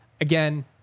Again